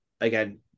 again